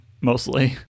mostly